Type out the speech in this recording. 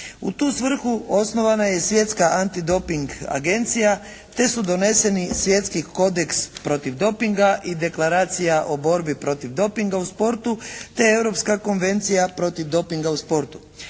U tu svrhu osnovana je i Svjetska antidoping agencija te su doneseni svjetski kodeks protiv dopinga i Deklaracija o borbi protiv dopinga u sportu te Europska konvencija protiv dopinga u sportu.